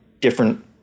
different